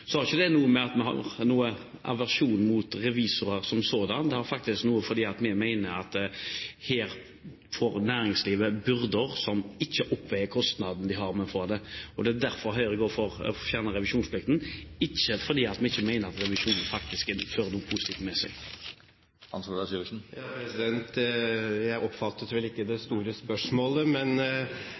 Så når Høyre går inn for å fjerne revisjonsplikten for de små selskapene, har ikke det noe med at vi har noen aversjon mot revisorer som sådanne – det er faktisk fordi vi mener at her har næringslivet byrder og kostnader som ikke oppveies. Det er derfor Høyre går inn for å fjerne revisjonsplikten, ikke fordi vi ikke mener at revisjonen faktisk fører noe positivt med seg. Jeg oppfattet vel ikke det store spørsmålet. Men